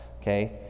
okay